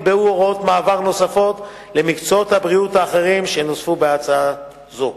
נקבעו הוראות מעבר למקצועות הבריאות האחרים שנוסחו בהצעה זו.